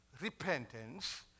Repentance